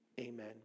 Amen